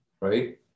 right